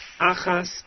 achas